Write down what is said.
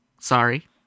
Sorry